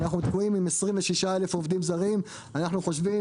אנחנו תקועים עם 26,000 עובדים זרים; אנחנו חושבים,